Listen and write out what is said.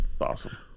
Awesome